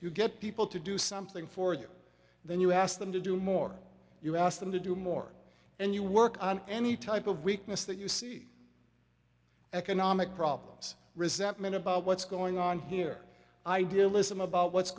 you get people to do something for you then you ask them to do more you ask them to do more and you work on any type of weakness that you see economic problems resentment about what's going on here idealism about what's